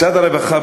משרד הרווחה,